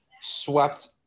swept